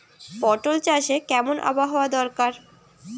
পটল চাষে কেমন আবহাওয়া দরকার?